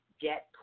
get